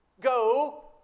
go